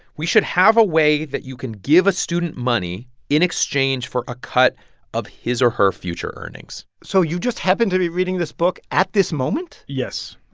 we should have a way that you can give a student money in exchange for a cut of his or her future earnings so you just happened to be reading this book at this moment? yes,